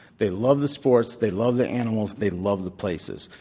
they love the sports. they love the animals. they love the places.